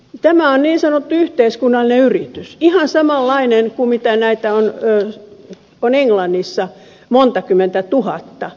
tämä on niin sanottu yhteiskunnallinen yritys ihan samanlainen kuin näitä on englannissa monta kymmentätuhatta